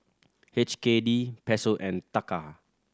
H K D Peso and Taka